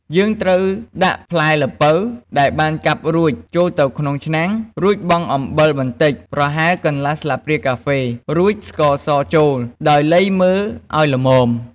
យើងត្រូវដាក់ផ្លែល្ពៅដែលបានកាប់រួចចូលទៅក្នុងឆ្នាំង រួចបង់អំបិលបន្តិច ប្រហែលកន្លះស្លាបព្រាកាហ្វេ រួចស្ករសចូល ដោយលៃមើលឱ្យល្មម។។